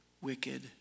wicked